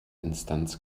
instanz